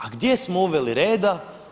A gdje smo uveli reda?